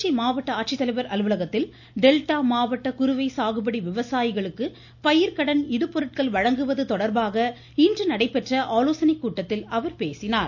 திருச்சி மாவட்ட ஆட்சித்தலைவர் அலுவலகத்தில் டெல்டா மாவட்ட குறுவை சாகுபடி விவசாயிகளுக்கு பயிர்க்கடன் இடுபொருட்கள் வழங்குவது தொடர்பாக இன்று நடைபெற்ற ஆலோசனைக் கூட்டத்தில் அவர் பேசினார்